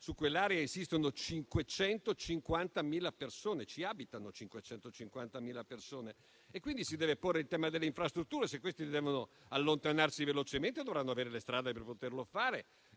su quell'area insistono e abitano 550.000 persone e, quindi, si deve porre il tema delle infrastrutture: se devono allontanarsi velocemente, dovranno avere le strade per poterlo fare